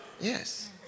yes